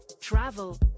travel